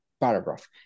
paragraph